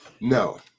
No